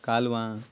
का कालवां